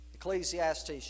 Ecclesiastes